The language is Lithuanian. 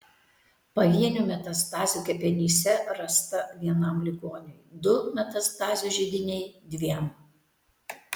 pavienių metastazių kepenyse rasta vienam ligoniui du metastazių židiniai dviem